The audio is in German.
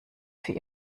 für